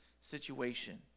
situation